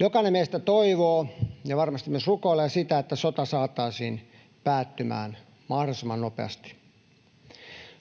Jokainen meistä toivoo, ja varmasti myös rukoilee, että sota saataisiin päättymään mahdollisimman nopeasti.